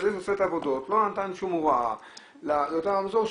אז זה שעושה את העבודות לא נתן שום הוראה לאותו רמזור,